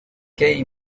key